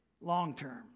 long-term